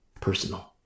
personal